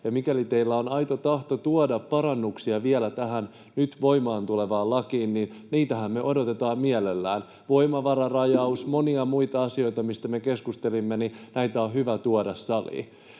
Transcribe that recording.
mikäli teillä on aito tahto tuoda parannuksia vielä tähän nyt voimaan tulevaan lakiin, niin niitähän me odotetaan mielellään. Voimavararajaus ja monet muut asiat, mistä me keskustelimme, on hyvä tuoda saliin.